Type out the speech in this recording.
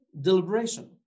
deliberation